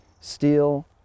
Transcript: steel